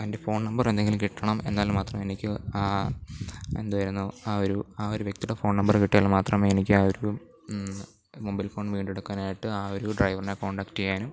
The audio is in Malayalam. അതിൻ്റെ ഫോൺ നമ്പറോ എന്തെങ്കിലും കിട്ടണം എന്നാൽ മാത്രമെ എനിക്ക് എന്തായിരുന്നു ആ ഒരു ആ ഒരു വ്യക്തിയുടെ ഫോൺ നമ്പര് കിട്ടിയാൽ മാത്രമേ എനിക്ക് ആ ഒരു മൊബൈൽ ഫോൺ വീണ്ടെടുക്കാനായിട്ട് ആ ഒരു ഡ്രൈവറിനെ കോൺടാക്ടിയ്യാനും